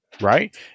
right